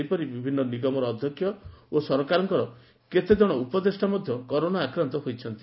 ସେହିପରି ବିଭିନୁ ନିଗମର ଅଧ୍ଘକ୍ଷ ଓ ସରକାରଙ୍କର କେତେଜଣ ଉପଦେଷ୍ଟା ମଧ୍ଧ କରୋନା ଆକ୍ରାନ୍ତ ହୋଇଛନ୍ତି